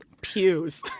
pews